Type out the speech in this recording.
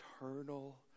eternal